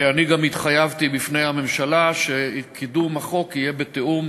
אני גם התחייבתי בפני הממשלה שקידום החוק יהיה בתיאום